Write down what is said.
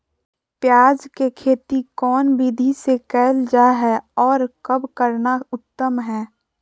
प्याज के खेती कौन विधि से कैल जा है, और कब करना उत्तम है?